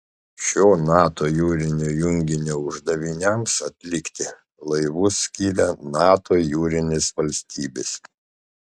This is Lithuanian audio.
šio nato jūrinio junginio uždaviniams atlikti laivus skiria nato jūrinės valstybės